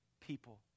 people